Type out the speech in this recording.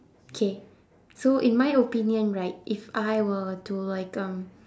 okay so in my opinion right if I were to like um